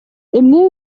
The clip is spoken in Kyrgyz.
эмне